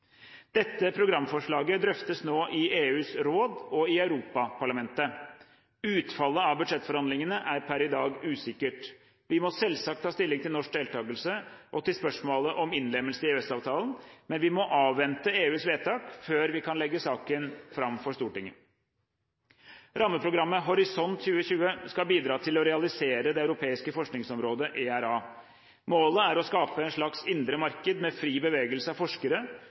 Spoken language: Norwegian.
Dette programforslaget drøftes nå i EUs råd og i Europaparlamentet. Utfallet av budsjettforhandlingene er per i dag usikkert. Vi må selvsagt ta stilling til norsk deltakelse og til spørsmålet om innlemmelse i EØS-avtalen, men vi må avvente EUs vedtak før vi kan legge saken fram for Stortinget. Rammeprogrammet Horisont 2020 skal bidra til å realisere det europeiske forskningsområdet, ERA. Målet er å skape et slags indre marked med fri bevegelse av forskere,